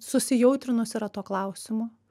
susijautrinus yra tuo klausimu